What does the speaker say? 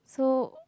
so